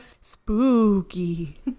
Spooky